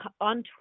on